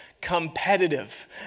competitive